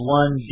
one